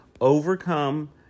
Overcome